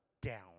down